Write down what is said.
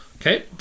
Okay